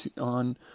on